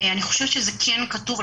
אני חושבת שזה כן כתוב,